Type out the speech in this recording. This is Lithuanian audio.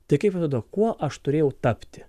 tai kaip atrodo kuo aš turėjau tapti